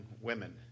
women